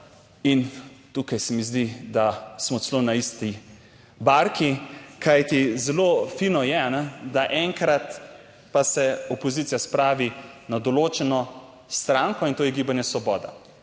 In tukaj se mi zdi, da smo celo na isti barki, kajti zelo fino je, da enkrat pa se opozicija spravi na določeno stranko, in to je Gibanje Svoboda,